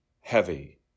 heavy